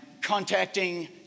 contacting